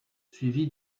suivi